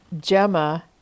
Gemma